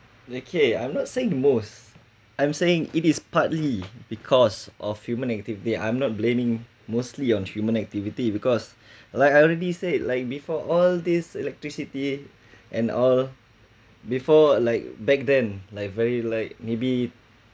okay I'm not saying the most I'm saying it is partly because of human negative I'm not blaming mostly on human activity because like I already said like before all this electricity and all before like back then like very like maybe